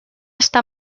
està